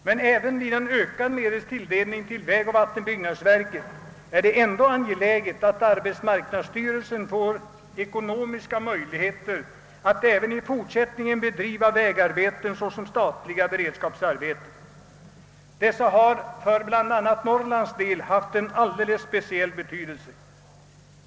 Men även vid en ökad medelstilldelning till vägoch vattenbyggnadsverket är det ändå angeläget att arbetsmarknadsstyrelsen får ekonomiska möjligheter att även i fortsättningen bedriva vägarbeten såsom statliga beredskapsarbeten. Dessa har för bl.a. Norrlands del haft en alldeles speciell betydelse.